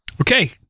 Okay